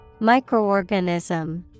Microorganism